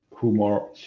humor